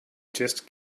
just